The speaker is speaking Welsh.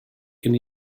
gen